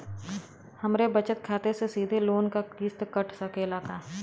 हमरे बचत खाते से सीधे लोन क किस्त कट सकेला का?